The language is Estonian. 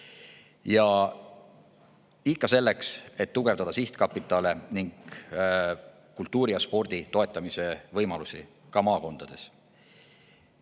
ikka selleks, et tugevdada sihtkapitale ning suurendada kultuuri ja spordi toetamise võimalusi maakondades.